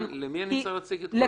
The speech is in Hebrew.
למי אני צריך להציג את כל התמונה?